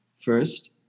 first